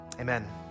Amen